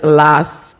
last